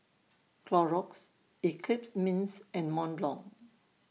Clorox Eclipse Mints and Mont Blanc